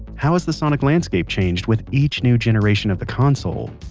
how has the sonic landscape changed with each new generation of the console?